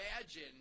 imagine